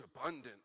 abundant